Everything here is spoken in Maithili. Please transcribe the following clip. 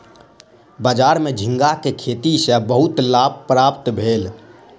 बजार में झींगा के खेती सॅ बहुत लाभ प्राप्त भेल